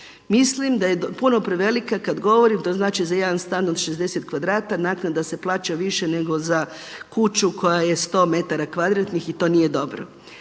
Mislim da je puno prevelika kad govorim to znači za jedan stan od 60 kvadrata naknada se plaća više nego za kuću koja je 100 metara kvadratnih i to nije dobro.